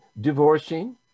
divorcing